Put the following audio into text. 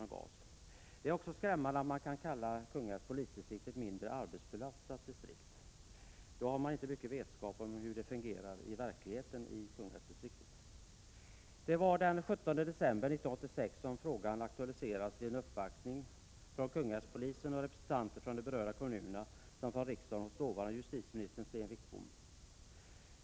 Vidare är det skrämmande att man kan säga att Kungälvs polisdistrikt är ett mindre arbetsbelastat distrikt. Det tyder på att man inte har mycket vetskap om hur det fungerar i verkligheten i Kungälvsdistriktet. Det var den 17 december 1986 som frågan aktualiserades vid en uppvaktning från Kungälvspolisen med representanter för de berörda kommunerna samt för riksdagen hos dåvarande justitieministern Sten Wickbom.